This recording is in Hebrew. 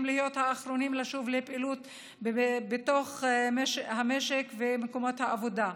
להיות האחרונים לשוב לפעילות בתוך המשק ומקומות העבודה.